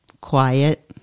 Quiet